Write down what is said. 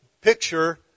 picture